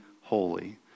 holy